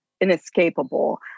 inescapable